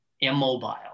immobile